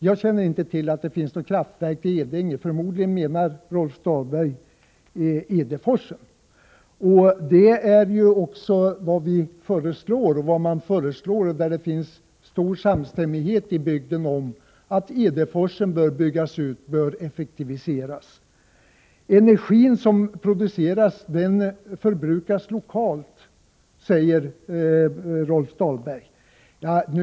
Jag känner inte till att det finns något kraftverk i Edänge. Förmodligen tänker Rolf Dahlberg på Edeforsen, som vi föreslår skall byggas ut. Det råder nämligen stor samstämmighet i bygden om att Edeforsen bör byggas ut, bör effektiviseras. Den energi som produceras förbrukas lokalt, säger Rolf Dahlberg.